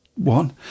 One